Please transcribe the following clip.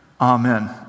Amen